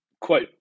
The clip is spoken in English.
Quote